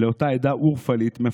לאותה עדה אורפלית מפוארת.